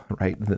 right